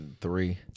three